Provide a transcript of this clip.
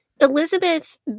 elizabeth